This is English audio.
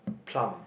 plum